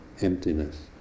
emptiness